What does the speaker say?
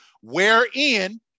Wherein